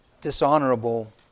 dishonorable